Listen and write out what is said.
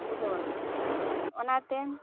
ᱵᱩᱡᱷᱟᱹᱣᱟᱢ ᱚᱱᱟᱛᱮ